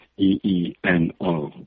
E-E-N-O